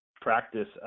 practice